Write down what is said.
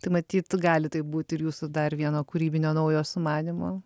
tai matyt gali taip būt ir jūsų dar vieno kūrybinio naujo sumanymo